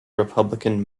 republican